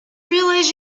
realize